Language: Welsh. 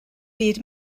byd